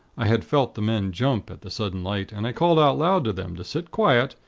i had felt the men jump, at the sudden light, and i called out loud to them to sit quiet,